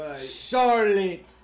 Charlotte